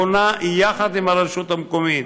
בונה יחד עם הרשות המקומית,